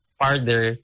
farther